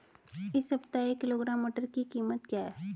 इस सप्ताह एक किलोग्राम मटर की कीमत क्या है?